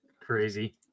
Crazy